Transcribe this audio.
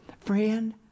Friend